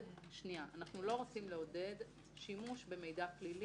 --- להפך, לא הפללנו את השגת המידע.